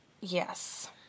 Yes